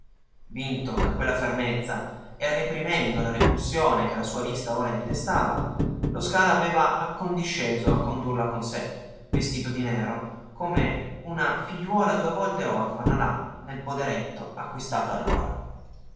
vinto da quella fermezza e reprimendo la repulsione che la sua vista ora gli destava lo scala aveva condisceso a condurla con sé vestita di nero come una figliuola due volte orfana là nel poderetto acquistato allora